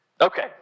okay